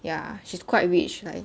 ya she's quite rich like